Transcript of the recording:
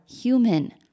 human